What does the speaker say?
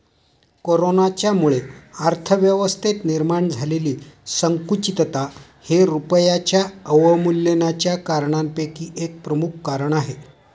कोरोनाच्यामुळे अर्थव्यवस्थेत निर्माण झालेली संकुचितता हे रुपयाच्या अवमूल्यनाच्या कारणांपैकी एक प्रमुख कारण आहे